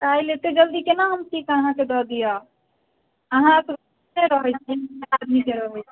काल्हि एतेक जल्दी कोना हम अहाँके सीकऽ दऽ दिअ अहाँके बहुते आदमीके रहै छै